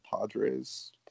Padres